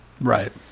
right